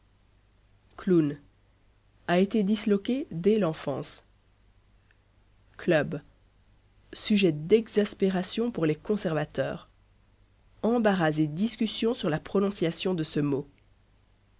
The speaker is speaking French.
clown a été disloqué dès l'enfance club sujet d'exaspération pour les conservateurs embarras et discussion sur la prononciation de ce mot